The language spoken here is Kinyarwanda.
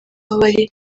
bari